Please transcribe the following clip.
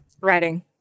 Writing